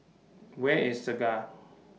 Where IS Segar